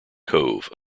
cove